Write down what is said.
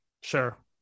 sure